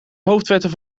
hoofdwetten